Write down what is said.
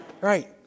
right